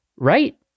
Right